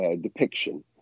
depiction